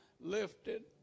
lifted